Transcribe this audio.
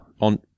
on